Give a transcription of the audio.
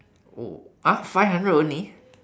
oh !huh! five hundred only